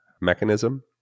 mechanism